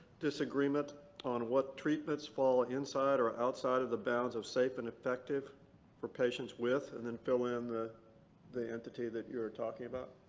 disagreement on what treatments fall inside or outside of the bounds of safe and effective for patients with? and then fill in the entity that you were talking about.